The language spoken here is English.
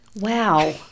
Wow